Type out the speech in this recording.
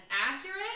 accurate